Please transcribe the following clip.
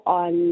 on